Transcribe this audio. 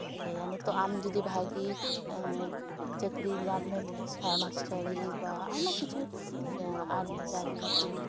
ᱤᱭᱟᱹᱭᱟ ᱱᱤᱛᱳᱜ ᱟᱢ ᱡᱩᱫᱤ ᱵᱷᱟᱹᱜᱤ ᱪᱟᱹᱠᱨᱤ ᱧᱟᱢᱮᱢ ᱢᱮᱱᱠᱷᱟᱱ ᱢᱟᱥᱴᱟᱨᱤ ᱵᱟ ᱟᱭᱢᱟ ᱠᱤᱪᱷᱩ ᱟᱨ ᱢᱤᱫᱴᱮᱱ ᱟᱨᱢᱤ ᱠᱚ